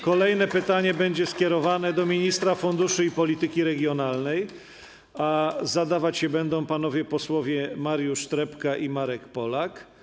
Kolejne pytanie będzie skierowane do ministra funduszy i polityki regionalnej, a zadawać je będą panowie posłowie Mariusz Trepka i Marek Polak.